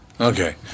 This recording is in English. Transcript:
Okay